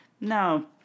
No